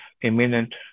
imminent